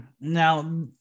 Now